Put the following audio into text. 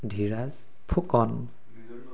Dhiraj Phukan